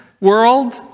world